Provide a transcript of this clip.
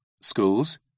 schools